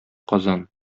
казан